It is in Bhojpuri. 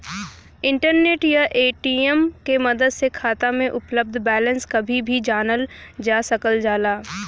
इंटरनेट या ए.टी.एम के मदद से खाता में उपलब्ध बैलेंस कभी भी जानल जा सकल जाला